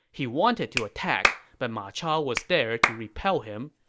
he wanted to attack, but ma chao was there to repel him.